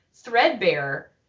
threadbare